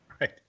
Right